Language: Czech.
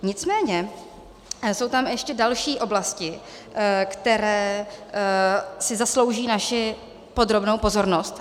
Nicméně jsou tam ještě další oblasti, které si zaslouží naši podrobnou pozornost.